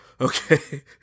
okay